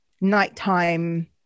nighttime